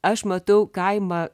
aš matau kaimą